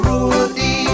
Rudy